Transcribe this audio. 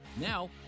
Now